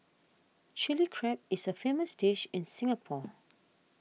Chilli Crab is a famous dish in Singapore